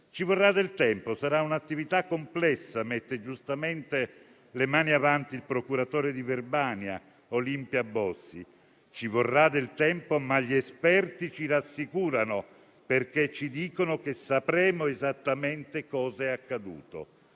Ci vorrà del tempo e sarà un'attività complessa: giustamente, mette le mani avanti il procuratore di Verbania, Olimpia Bossi. Ci vorrà del tempo, ma gli esperti ci rassicurano, perché ci dicono che sapremo esattamente cos'è accaduto.